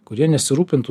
kurie nesirūpintų